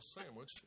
sandwich